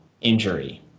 injury